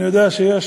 אני יודע שיש